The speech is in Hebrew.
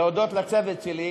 להודות לצוות שלי,